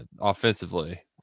offensively